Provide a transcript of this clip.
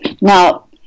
now